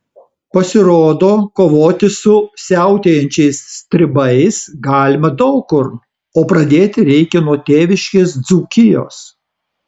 pasirodo kovoti su siautėjančiais stribais galima daug kur o pradėti reikia nuo tėviškės dzūkijos